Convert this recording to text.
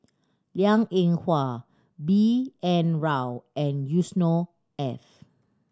Liang Eng Hwa B N Rao and Yusnor Ef